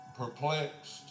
perplexed